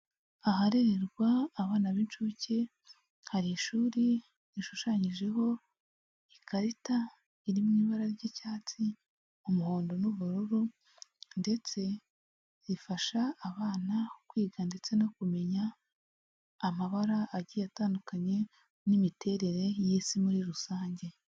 Aharererwa abana b'inshuke, hari ishuri rishushanyijeho ikarita iri mu ibara ry'icyatsi umuhondo n'ubururu ndetse zifasha abana kwiga ndetse no kumenya amabara agiye atandukanye n'imiterere y'isi muri rusange.